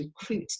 recruit